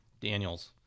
Daniels